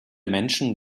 menschen